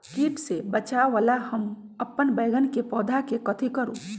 किट से बचावला हम अपन बैंगन के पौधा के कथी करू?